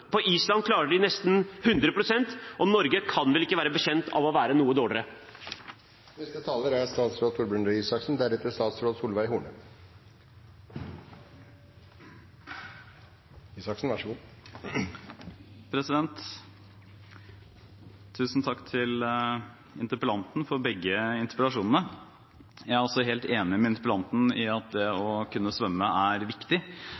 På Island klarer de nesten 100 pst., og Norge kan vel ikke være bekjent av å være noe dårligere. Tusen takk til interpellanten for begge interpellasjonene. Jeg er helt enig med interpellanten i at det å kunne svømme er viktig for både barn og voksne. Det er viktig fordi det redder liv, men det er også viktig